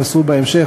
השמות יימסרו בהמשך,